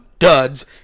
duds